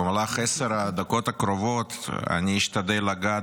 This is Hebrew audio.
במהלך עשר הדקות הקרובות אני אשתדל לגעת